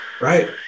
Right